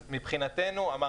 אז מבחינתנו, אמרתי,